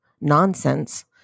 nonsense